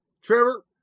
Trevor